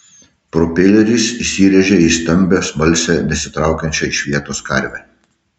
propeleris įsirėžė į stambią smalsią nesitraukiančią iš vietos karvę